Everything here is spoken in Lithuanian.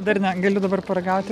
dar ne galiu dabar paragauti